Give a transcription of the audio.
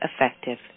effective